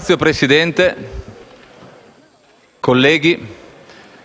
Signor Presidente, colleghi,